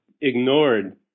ignored